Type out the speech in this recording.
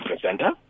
presenter